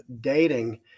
dating